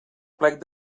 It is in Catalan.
plec